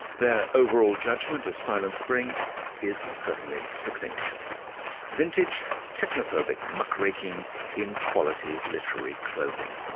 their overall judgement of silent spring is certainly succinct vintage technophobic muck raking in quality literary clothing.